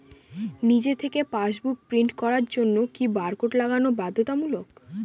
নিজে থেকে passbook print করার জন্য কি বারকোড লাগানো বাধ্যতামূলক?